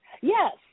yes